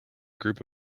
group